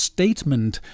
Statement